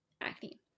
acne